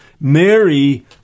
Mary